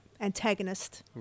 antagonist